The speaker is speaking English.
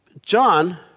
John